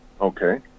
Okay